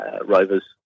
Rovers